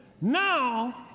now